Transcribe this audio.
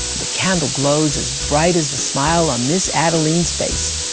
the candle glows as bright as the smile on miz adeline's face.